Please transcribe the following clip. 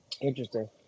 Interesting